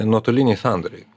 nuotoliniai sandoriai